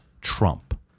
trump